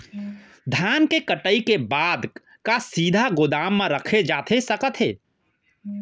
धान कटाई के बाद का सीधे गोदाम मा रखे जाथे सकत हे?